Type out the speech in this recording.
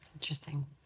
Interesting